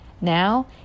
Now